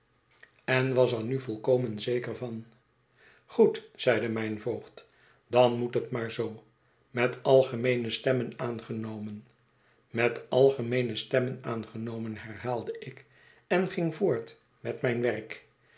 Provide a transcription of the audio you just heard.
en was er nu volkomen zeker van goed zeide mijn voogd dan moet het maar zoo met algemeene stemmen aangenomen mét algemeene stemmen aangenomen herhaalde ik en ging voort met mijn werk